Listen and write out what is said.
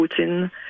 Putin